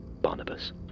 Barnabas